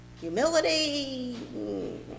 Humility